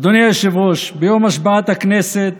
אדוני היושב-ראש, ביום השבעת הכנסת